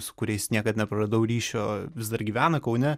su kuriais niekad nepraradau ryšio vis dar gyvena kaune